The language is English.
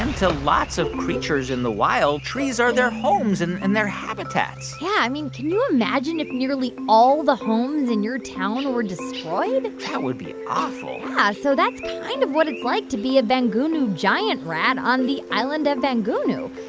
and to lots of creatures in the wild, trees are their homes and and their habitats yeah, i mean, can you imagine if nearly all the homes in your town were destroyed? that would be awful yeah, so that's kind of what it's like to be a vangunu giant rat on the island of vangunu.